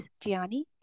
Gianni